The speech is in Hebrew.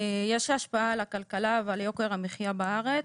יש השפעה על הכלכלה ועל יוקר המחייה בארץ.